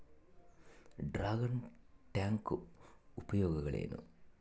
Dragon tank ಉಪಯೋಗಗಳೇನು?